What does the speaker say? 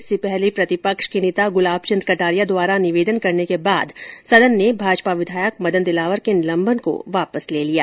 इससे पहले प्रतिपक्ष के नेता गुलाब चंद कटारिया द्वारा निवेदन करने के बाद सदन ने भाजपा विधायक मदन दिलावर के निलंबन को वापस ले लिया